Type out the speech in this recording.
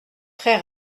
très